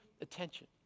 attention